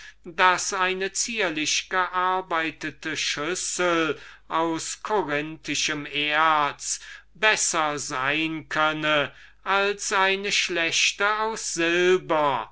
daß eine fein gearbeitete schüssel aus corinthischem erzt besser sein könne als eine schlechte aus silber